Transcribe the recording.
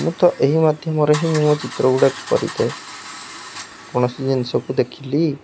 ମୁଁ ତ ଏହି ମାଧ୍ୟମରେ ହିଁ ମୁଁ ମୋ ଚିତ୍ର ଗୁଡ଼ା କରିଥାଏ କୌଣସି ଜିନିଷକୁ ଦେଖିଲି